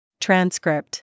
Transcript